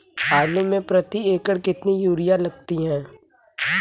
आलू में प्रति एकण कितनी यूरिया लगती है?